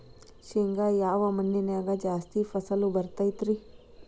ಶೇಂಗಾ ಯಾವ ಮಣ್ಣಿನ್ಯಾಗ ಜಾಸ್ತಿ ಫಸಲು ಬರತೈತ್ರಿ?